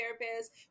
therapist